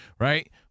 right